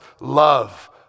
love